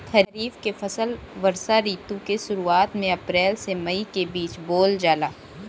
खरीफ के फसल वर्षा ऋतु के शुरुआत में अप्रैल से मई के बीच बोअल जाला